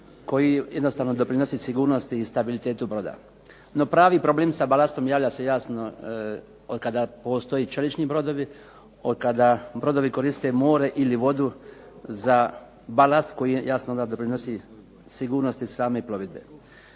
koji jednostavno doprinosi sigurnosti i stabilitetu broda. No pravi problem sa balastom javlja se jasno od kada postoje čelični brodovi, od kada brodovi koriste more ili vodu za balast koji jasno onda doprinosi sigurnosti same plovidbe.